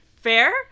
fair